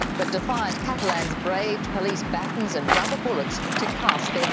but defiant catalans braved police batons and rubber bullets to cast